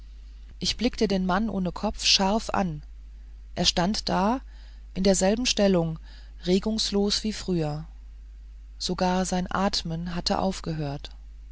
ich blickte den mann ohne kopf scharf an er stand da in derselben stellung regungslos wie früher sogar sein atem hatte aufgehört